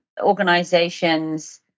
organizations